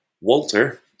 Walter